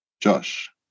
Josh